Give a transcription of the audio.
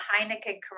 Heineken